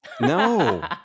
No